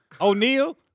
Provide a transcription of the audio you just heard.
O'Neal